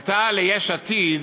הייתה ליש עתיד